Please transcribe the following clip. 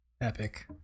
Epic